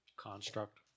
construct